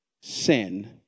sin